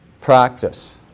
practice